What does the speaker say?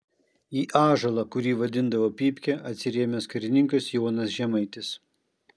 į ąžuolą kurį vadindavo pypke atsirėmęs karininkas jonas žemaitis